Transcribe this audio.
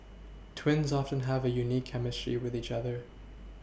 twins often have a unique chemistry with each other